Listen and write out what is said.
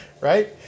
Right